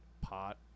Pot